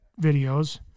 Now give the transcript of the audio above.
videos